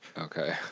Okay